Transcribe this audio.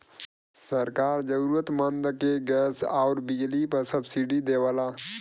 सरकार जरुरतमंद के गैस आउर बिजली पर सब्सिडी देवला